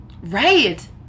Right